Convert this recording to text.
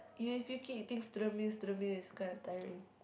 you if you keep eating student meal student meal it's kind of tiring